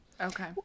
Okay